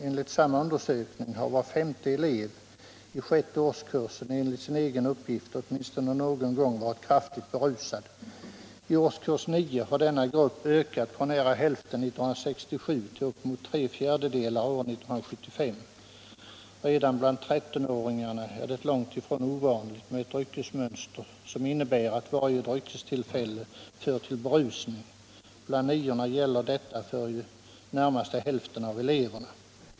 Enligt samma undersökning har var femte elev i sjätte årskursen enligt sin egen uppgift åtminstone någon gång varit kraftigt berusad. I årskurs nio har denna grupp ökat från nära hälften 1967 till upp emot tre fjärdedelar år 1975. Redan bland 13-åringarna är det långt ifrån ovanligt med ett dryckesmönster som innebär att varje dryckestillfälle för till berusning. Bland niorna gäller detta för i det närmaste hälften av eleverna.